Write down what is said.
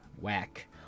Whack